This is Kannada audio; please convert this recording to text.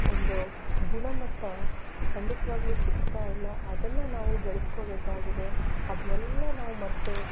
ಒಂದು ಗುಣಮಟ್ಟ ಖಂಡಿತವಾಗ್ಲೂ ಸಿಗ್ತಾಯಿಲ್ಲ ಅದನ್ನ ನಾವು ಬೆಳ್ಸ್ಕೋಬೇಕಾಗಿದೆ ಅದ್ನೆಲ್ಲ ನಾವು ಮತ್ತೆ